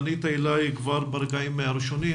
פנית אלי כבר ברגעים הראשונים,